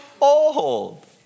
old